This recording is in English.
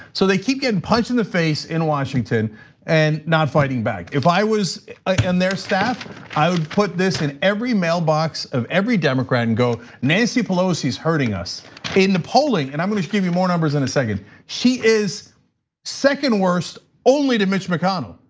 so, they keep getting punched in the face in washington and not fighting back. if i was in ah and their staff i would put this in every mailbox of every democrat, and go nancy pelosi's hurting us in the polling. and i'm gonna give you more numbers in a second. she is second worst only to mitch mcconnell.